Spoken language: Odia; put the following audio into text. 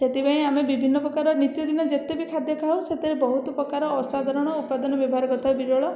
ସେଥିପାଇଁ ଆମେ ବିଭିନ୍ନ ପ୍ରକାର ନିତ୍ୟଦିନ ଯେତେ ବି ଖାଦ୍ୟ ଖାଉ ସେଥିରେ ବହୁତ ପ୍ରକାର ଅସାଧାରଣ ଉପାଦାନ ବ୍ୟବହାର କରିଥାଉ ବିରଳ